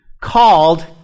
called